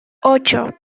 ocho